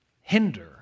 hinder